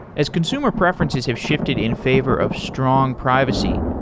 as consumer preferences have shifted in favor of strong privacy,